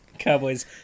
Cowboys